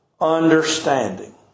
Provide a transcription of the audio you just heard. understanding